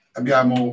abbiamo